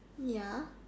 ya